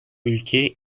ülkeye